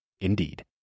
Indeed